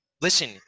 Listen